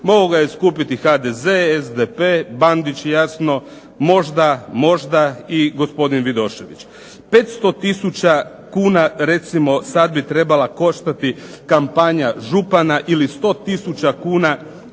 Mogao ga je skupiti HDZ, SDP, Bandić jasno, možda i gospodin Vidošević. 500 tisuća kuna recimo sad bi trebala koštati kampanja župana ili 100 tisuća